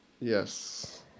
Yes